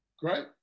Great